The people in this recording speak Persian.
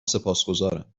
سپاسگزارم